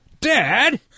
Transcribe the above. Dad